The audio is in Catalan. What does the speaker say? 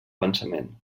pensament